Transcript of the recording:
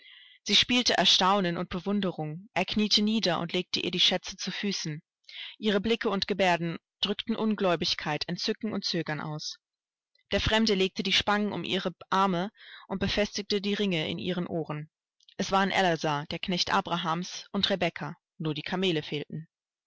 sie spielte erstaunen und bewunderung er kniete nieder und legte ihr die schätze zu füßen ihre blicke und geberden drückten ungläubigkeit entzücken und zögern aus der fremde legte die spangen um ihre arme und befestigte die ringe in ihren ohren es waren eleazar der knecht abrahams und rebekka nur die kamele fehlten